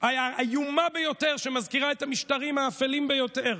איומה ביותר שמזכירה את המשטרים האפלים ביותר.